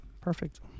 Perfect